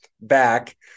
back